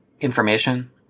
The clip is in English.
information